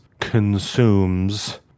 consumes